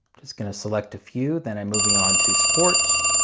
just going to select a few then i'm moving on to sports.